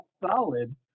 solid